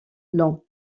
long